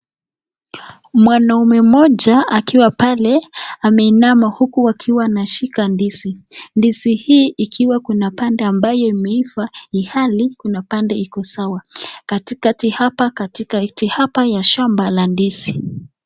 Mwanaume mmoja akiwa pale ameinama huku akiwa ameshika ndizi. Ndizi hii kuna pande ambaye imeiva ilhali kuna pande iko sawa, katikati hapa ya shamba la ndizi .